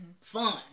fun